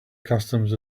customs